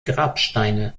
grabsteine